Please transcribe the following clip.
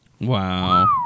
Wow